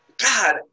God